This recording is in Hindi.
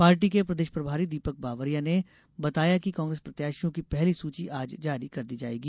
पार्टी के प्रदेश प्रभारी दीपक बावरिया ने बताया कि कांग्रेस प्रत्याशियों की पहली सूची आज जारी कर दी जायेगी